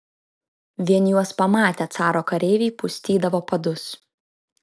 vien juos pamatę caro kareiviai pustydavo padus